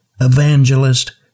evangelist